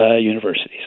universities